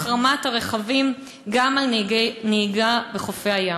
את חוק החרמת הרכבים גם על נהיגה בחופי הים.